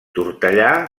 tortellà